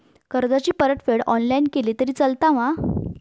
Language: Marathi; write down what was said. कर्जाची परतफेड ऑनलाइन केली तरी चलता मा?